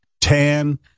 Tan